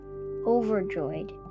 overjoyed